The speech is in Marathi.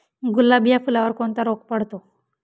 गुलाब या फुलावर कोणता रोग पडतो?